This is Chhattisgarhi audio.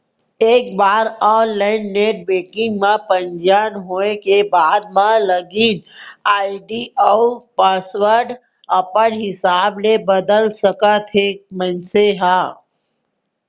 एक बार ऑनलाईन नेट बेंकिंग म पंजीयन होए के बाद म लागिन आईडी अउ पासवर्ड अपन हिसाब ले बदल सकत हे मनसे ह